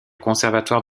conservatoire